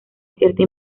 cierta